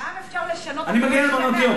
מע"מ אפשר לשנות אחרי שנה,